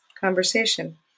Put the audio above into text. conversation